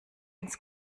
ins